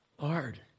Lord